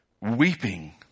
weeping